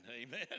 amen